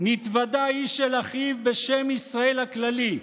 "נתוודע איש אל אחיו בשם ישראל הכללי,